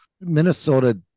Minnesota